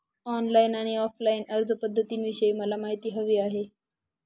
online आणि offline अर्जपध्दतींविषयी मला माहिती हवी आहे